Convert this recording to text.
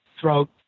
throat